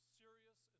serious